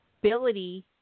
ability